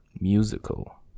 musical